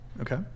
Okay